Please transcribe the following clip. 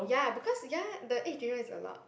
ya because ya the eight dinner is a lot